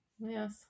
Yes